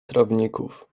trawników